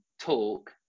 talk